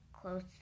close